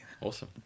Awesome